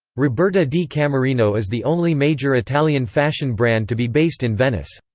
roberta di camerino is the only major italian fashion brand to be based in venice.